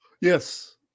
Yes